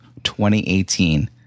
2018